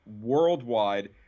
worldwide